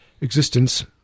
existence